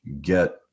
get